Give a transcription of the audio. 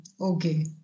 Okay